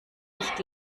nicht